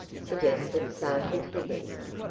suggested sergeant higgins.